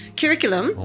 curriculum